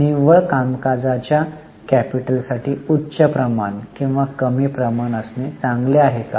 निव्वळ कामकाजाच्या कॅपिटलसाठी उच्च प्रमाण किंवा कमी प्रमाण असणे चांगले आहे का